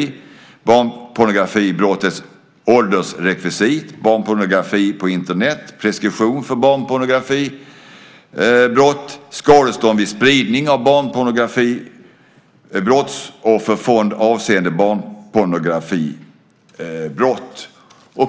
Det handlar om barnpornografibrottets åldersrekvisit, barnpornografi på Internet, preskription för barnpornografibrott, skadestånd vid spridning av barnpornografi och brottsofferfond avseende barnpornografibrott. Jag